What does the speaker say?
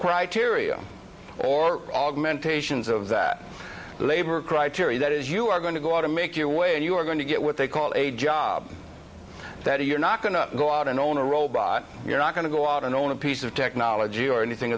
criteria or augmentations of that labor criteria that is you are going to go out to make your way and you're going to get what they call a job that you're not going to go out and on a robot you're not going to go out and own a piece of technology or anything